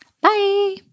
Bye